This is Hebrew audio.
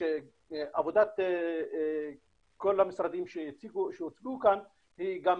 שעבודת כל המשרדים שהוצגו כאן היא גם